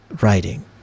writing